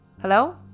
Hello